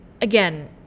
again